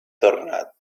tornat